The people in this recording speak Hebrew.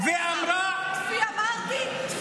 טפי עליך, אמרתי.